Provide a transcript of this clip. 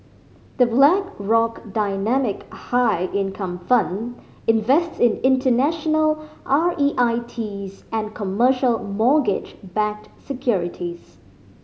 The Blackrock Dynamic High Income Fund invests in international R E I Ts and commercial mortgage backed securities